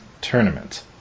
Tournament